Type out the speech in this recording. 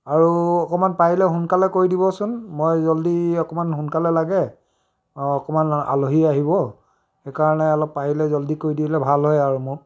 আৰু অকণমান পাৰিলে সোনকালে কৰি দিবচোন মই জলদি অকণমান সোনকালে লাগে অঁ অকণমান আলহী আহিব সেইকাৰণে অলপ পাৰিলে জলদি কৰি দিলে ভাল হয় আৰু মোক